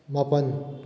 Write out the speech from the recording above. ꯃꯥꯄꯜ